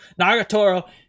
nagatoro